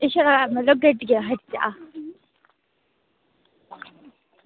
एह् छड़ा मतलब गड्डियै दा खर्चा